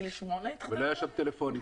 ולא היו שם טלפונים.